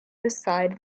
beside